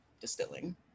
distilling